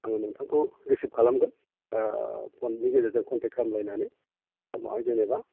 आङो नोंथांखौ रिसिभ खालामगोन फ'ननि गेजेरजों कनटेक्ट खालामनानै उनावहाय जेनेबा